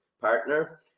partner